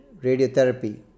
radiotherapy